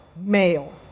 male